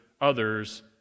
others